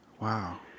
Wow